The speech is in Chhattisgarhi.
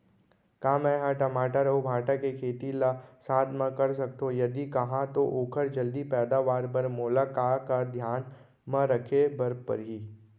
का मै ह टमाटर अऊ भांटा के खेती ला साथ मा कर सकथो, यदि कहाँ तो ओखर जलदी पैदावार बर मोला का का धियान मा रखे बर परही?